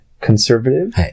Conservative